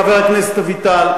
חבר הכנסת אביטל,